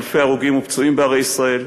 אלפי הרוגים ופצועים בערי ישראל,